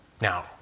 Now